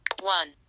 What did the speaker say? one